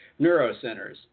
neurocenters